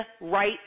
right